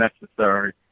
necessary